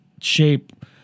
shape